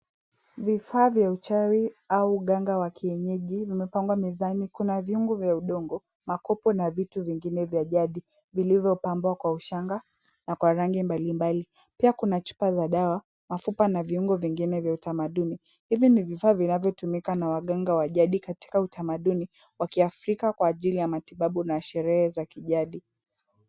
Vifaa vya uchawi au uganga wa kienyaji vimepangwa mezani. Kuna viungu vya udongo, makopo na vitu vingine vya jadi vilivyopambwa kwa ushanga na kwa rangi mbali mbali. Pia kuna chupa za dawa, mafupa na viungo vingine vya utamaduni. Hivi ni vifaa vinavyotumika na waganga wa jadi katika utamaduni wa kiafrika kwa ajili ya matibabu na sherehe za kijadi.